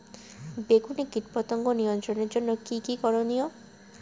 বেগুনে কীটপতঙ্গ নিয়ন্ত্রণের জন্য কি কী করনীয়?